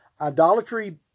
Idolatry